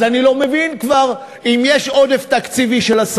אז אני לא מבין כבר: אם יש עודף תקציבי של 10